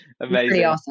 amazing